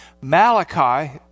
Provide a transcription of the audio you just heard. Malachi